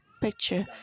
picture